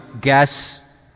gas